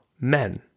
men